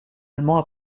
allemands